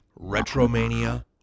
Retromania